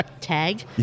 tag